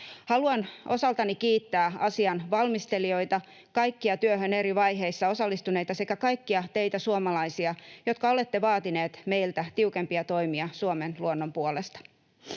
Haluan osaltani kiittää asian valmistelijoita, kaikkia työhön eri vaiheissa osallistuneita sekä kaikkia teitä suomalaisia, jotka olette vaatineet meiltä tiukempia toimia Suomen luonnon puolesta.